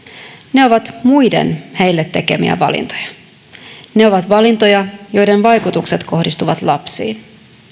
ne ovat muiden heille tekemiä valintoja ne ovat valintoja joiden vaikutukset kohdistuvat lapsiin